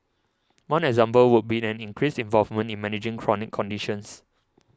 one example would be an increased involvement in managing chronic conditions